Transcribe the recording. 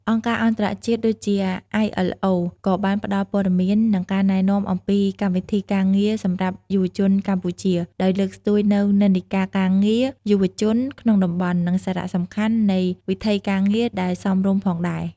អង្គការអន្តរជាតិដូចជា អាយ អិល អូ ILO ក៏បានផ្តល់ព័ត៌មាន និងការណែនាំអំពីកម្មវិធីការងារសម្រាប់យុវជនកម្ពុជា ដោយលើកស្ទួយនូវនិន្នាការការងារយុវជនក្នុងតំបន់ និងសារៈសំខាន់នៃវិថីការងារដែលសមរម្យផងដែរ។